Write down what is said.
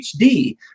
HD